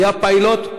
היה פיילוט,